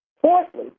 fourthly